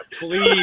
Please